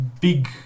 big